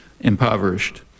impoverished